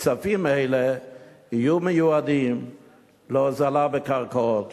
כספים אלה יהיו מיועדים להוזלה בקרקעות,